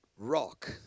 rock